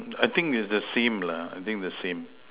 I think is the same lah I think the same